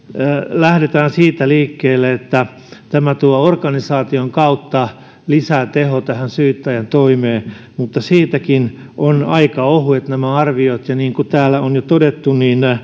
lähdetään siitä liikkeelle että tämä tuo organisaation kautta lisää tehoa syyttäjäntoimeen mutta siitäkin ovat aika ohuet nämä arviot ja niin kuin täällä on jo todettu